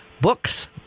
books